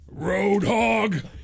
Roadhog